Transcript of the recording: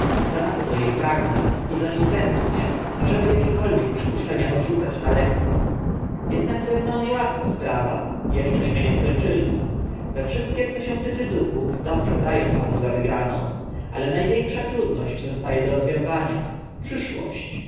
zanadto e pragnę i do nie tęsknię ażeby akiekolwiek przypuszczenie odrzucać na lekko jednak ze mną niełatwa sprawa eszcześmy nie skończyli we wszystkim co się tycze duchów dobrze da ę panu za wygraną ale na większa trudność zosta e do rozwiązania przyszłość